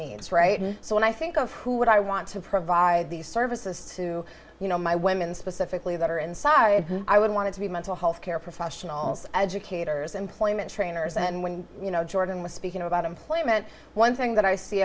needs right now so when i think of who would i want to provide these services to you know my women specifically that are inside i would want to be mental health care professionals educators employment trainers and when jordan was speaking about employment one thing that i see